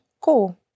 cool